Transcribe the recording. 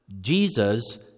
Jesus